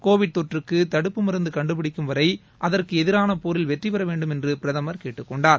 Covid தொற்றுக்கு தடுப்பு மருந்து கண்டுபிடிக்கும் வரை அதற்கு எதிரான போரில் வெற்றி பெறவேண்டும் என்று பிரதமர் கேட்டுக்கொண்டார்